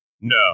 No